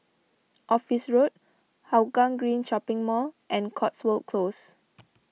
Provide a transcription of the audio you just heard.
Office Road Hougang Green Shopping Mall and Cotswold Close